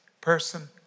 person